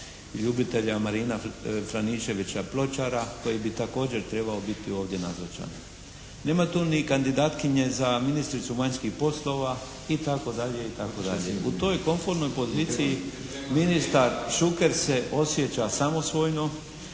ljubitelja Marina Franičevića Pločara koji bi također trebao biti ovdje nazočan. Nema tu ni kandidatkinje za ministricu vanjskih poslova i tako dalje i tako dalje. U toj komfornoj poziciji ministar Šuker se osjeća samosvojno